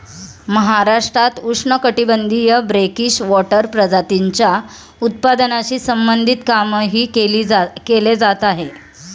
महाराष्ट्रात उष्णकटिबंधीय brackish water प्रजातींच्या उत्पादनाशी संबंधित कामही केले जात आहे